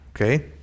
okay